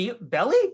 Belly